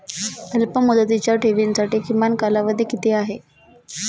अल्पमुदतीच्या ठेवींसाठी किमान कालावधी किती आहे?